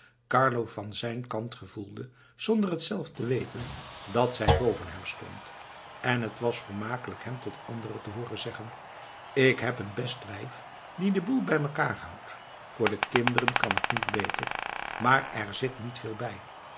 carlo van zijn kant gevoelde zonder het zelf te weten dat zij boven hem stond en het was vermakelijk hem tot anderen te hooren zeggen k heb een best wijf die den boel bij mekaar houdt voor de kinderen kan het niet beter maar er zit niet veel bij